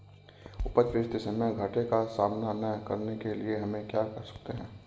उपज बेचते समय घाटे का सामना न करने के लिए हम क्या कर सकते हैं?